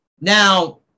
Now